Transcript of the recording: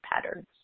patterns